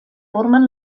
formen